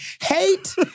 Hate